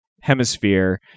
hemisphere